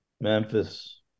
Memphis